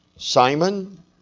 Simon